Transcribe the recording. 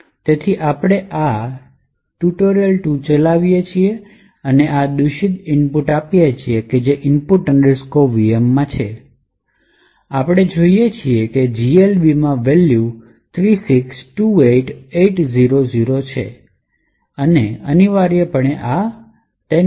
તેથી આપણે આ tut2 ચલાવીએ છીએ તેને આ દૂષિત ઇનપુટ આપીએ છીએ જે input vm છે અને આપણે જોઈએ છીએ કે GLB માં વેલ્યૂ 3628800 છે આ અનિવાર્યપણે 10